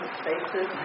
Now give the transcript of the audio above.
spaces